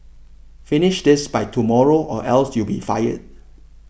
finish this by tomorrow or else you'll be fired